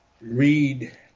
read